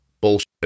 bullshit